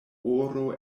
oro